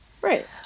right